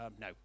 No